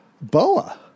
boa